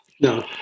No